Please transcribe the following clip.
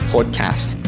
Podcast